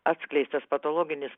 atskleistas patologinis